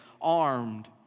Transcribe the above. armed